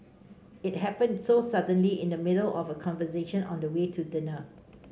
it happened so suddenly in the middle of a conversation on the way to dinner